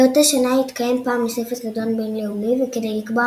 באותה שנה התקיים פעם נוספת חידון בינלאומי וכדי לקבוע